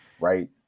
Right